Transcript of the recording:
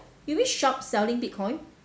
you mean shops selling bitcoin